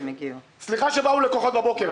סליחה שבאו לקוחות בבוקר.